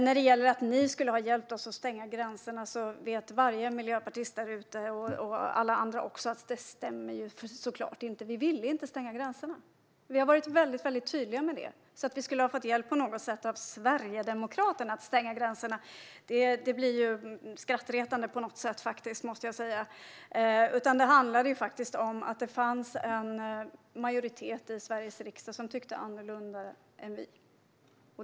När det gäller att ni skulle ha hjälpt oss att stänga gränserna vet varje miljöpartist där ute och alla andra också att det såklart inte stämmer. Vi ville inte stänga gränserna. Vi har varit väldigt tydliga med det. Att vi på något sätt skulle ha fått hjälp av Sverigedemokraterna att stänga gränserna är skrattretande, måste jag säga. Det handlade faktiskt om att det fanns en majoritet i Sveriges riksdag som tyckte annorlunda än vi.